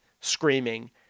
screaming